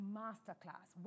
masterclass